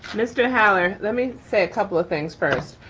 mr. holler, let me say a couple of things first.